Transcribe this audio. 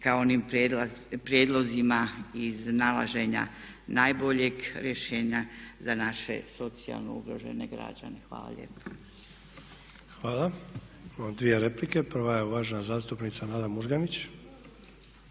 ka onim prijedlozima iznalaženja najboljeg rješenja za naše socijalno ugrožene građane. Hvala lijepo. **Sanader, Ante (HDZ)** Hvala. Imamo dvije replike. Prva je uvažena zastupnica Nada Murganić.